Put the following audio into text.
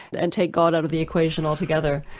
and take god out of the equation altogether?